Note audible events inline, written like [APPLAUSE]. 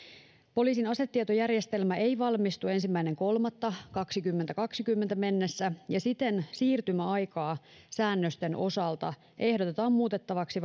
poliisin asetietojärjestelmä ei valmistu ensimmäinen kolmatta kaksituhattakaksikymmentä mennessä ja siten siirtymäaikaa säännösten osalta ehdotetaan muutettavaksi [UNINTELLIGIBLE]